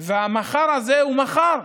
והמחר הזה הוא מחר,